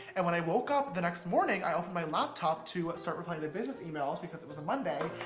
and when i woke up the next morning, i opened my laptop to start replying to business emails because it was a monday,